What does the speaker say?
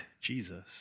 Jesus